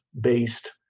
based